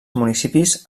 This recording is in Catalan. municipis